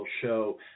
show